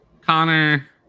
Connor